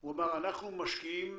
הוא אמר שהם משקיעים,